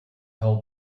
hold